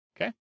Okay